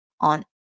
on